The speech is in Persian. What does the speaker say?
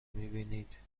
میبینید